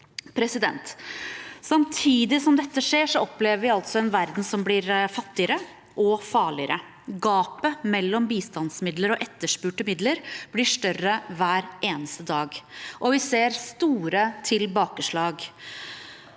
Samtidig som dette skjer, opplever vi altså en verden som blir fattigere og farligere. Gapet mellom bistandsmidler og etterspurte midler blir større hver eneste dag, og vi ser store tilbakeslag.